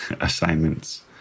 assignments